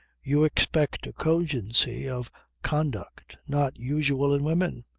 you expect a cogency of conduct not usual in women,